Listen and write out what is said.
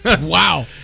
Wow